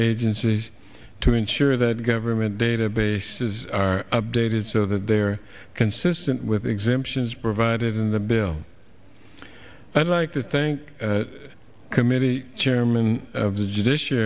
agencies to ensure that government databases are updated so that they are consistent with exemptions provided in the bill i'd like to thank committee chairman of the judicia